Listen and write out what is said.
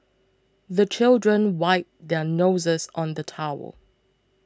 the children wipe their noses on the towel